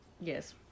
Yes